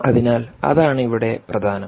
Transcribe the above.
അതിനാൽ അതാണ് ഇവിടെ പ്രധാനം